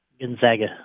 Gonzaga